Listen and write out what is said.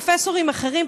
פרופסורים אחרים,